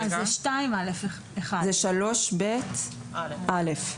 זה סעיף 3ב(א)